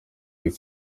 ari